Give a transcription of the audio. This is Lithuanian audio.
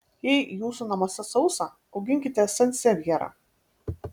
jei jūsų namuose sausa auginkite sansevjerą